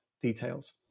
details